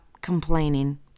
complaining